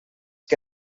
que